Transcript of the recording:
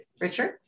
Richard